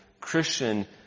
Christian